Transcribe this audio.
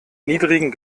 niedrigen